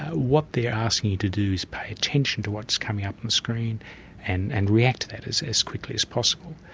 what they are asking you to do is pay attention to what's coming up on the screen and and react to that as as quickly possible.